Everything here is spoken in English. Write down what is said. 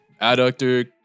Adductor